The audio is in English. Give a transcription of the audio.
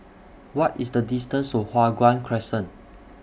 What IS The distance to Hua Guan Crescent